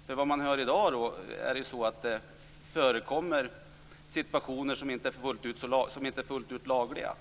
Efter vad man hör i dag förekommer det situationer som inte är fullt ut lagliga.